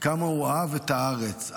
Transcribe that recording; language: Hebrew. כמה הוא אהב את הארץ,